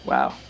Wow